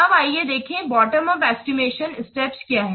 अब आइए देखें बॉटम उप एस्टिमेशन स्टेप्स क्या हैं